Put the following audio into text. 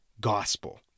gospel